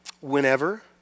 Whenever